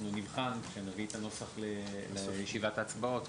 אנחנו נבחן עת נביא את הנוסח לישיבת ההצבעות.